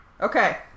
Okay